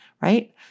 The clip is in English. right